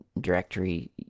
directory